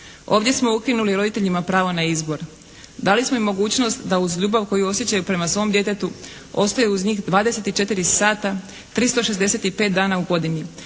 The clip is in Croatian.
Ovdje smo ukinuli roditeljima pravo na izbor. Dali smo im mogućnost da uz ljubav koju osjećaju prema svom djetetu ostaju uz njih 24 sata 365 dana u godini